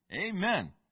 Amen